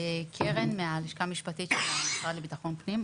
קרן מהלשכה המשפטית של המשרד לביטחון פנים.